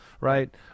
right